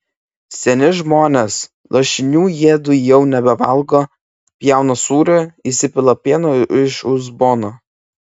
seni žmonės lašinių jiedu jau nebevalgo pjauna sūrio įsipila pieno iš uzbono